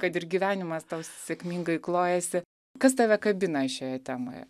kad ir gyvenimas tau sėkmingai klojasi kas tave kabina šioje temoje